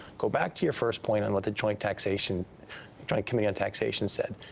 go back to your first point on what the joint taxation joint committee on taxation said.